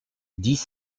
dix